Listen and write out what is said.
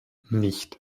nicht